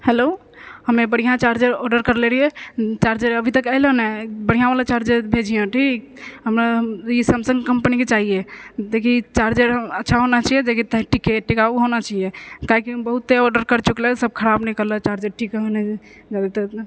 hello हमे बढ़िआ charger order करले रहियै चार्जर अभीतक एलै नहि बढ़िआँ वला चार्जर भेजिहाँ ठीक हमर ई सैमसंग कम्पनीके चाहिए देखी चार्जर अच्छा होना चाहिए जेकी टिके टिकाव होना चाहिए काहेकि हम बहुते आर्डर कर चुकले सब खराब निकललो सब चार्जर